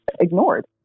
ignored